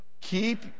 Keep